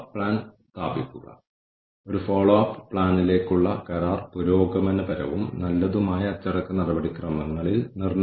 പക്ഷേ നമ്മൾ കാര്യങ്ങൾ ചെയ്യുന്ന രീതിയിൽ അവർ തൃപ്തരല്ലെങ്കിൽ നമ്മൾ അതിനെക്കുറിച്ച് എന്തെങ്കിലും ചെയ്യേണ്ടതുണ്ട്